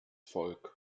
volk